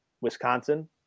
Wisconsin